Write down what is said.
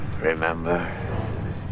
remember